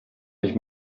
mich